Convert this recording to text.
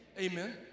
Amen